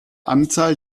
anzahl